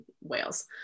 whales